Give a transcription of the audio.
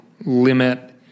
limit